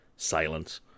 Silence